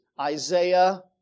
Isaiah